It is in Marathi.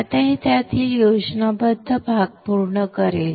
आता हे त्यातील योजनाबद्ध भाग पूर्ण करेल